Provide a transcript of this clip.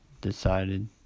decided